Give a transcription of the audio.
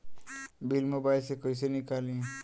Bill mobile से कईसे निकाली?